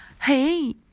Hey